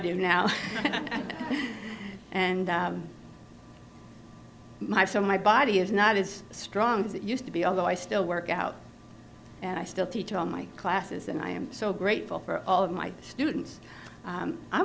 do now and my so my body is not as strong as it used to be although i still work out and i still teach all my classes and i am so grateful for all of my students